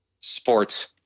Sports